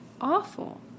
awful